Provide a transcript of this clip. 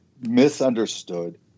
misunderstood